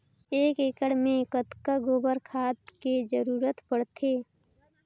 एक एकड़ मे कतका गोबर खाद के जरूरत पड़थे?